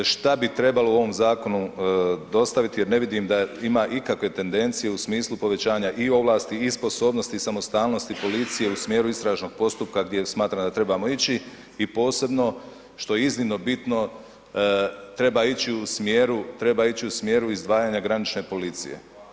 Ali, što bi trebalo u ovom zakonu dostaviti jer ne vidim da ima ikakve tendencije u smislu povećanja i ovlasti i sposobnosti, samostalnosti policije u smjeru istražnog postupka gdje smatram da trebamo ići i posebno, što je iznimno bitno, treba ići u smjeru izdvajanja granične policije.